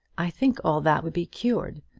i think all that would be cured.